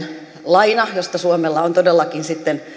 laina josta suomella on todellakin sitten